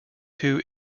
two